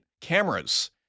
cameras